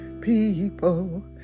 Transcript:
people